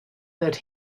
that